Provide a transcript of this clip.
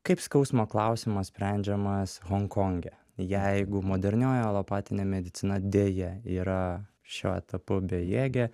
kaip skausmo klausimas sprendžiamas honkonge jeigu modernioji alopatinė medicina deja yra šiuo etapu bejėgė